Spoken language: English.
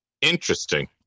Interesting